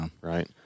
right